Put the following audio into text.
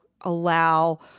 allow